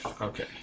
Okay